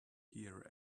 here